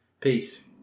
Peace